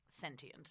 sentient